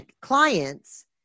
clients